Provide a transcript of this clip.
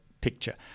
picture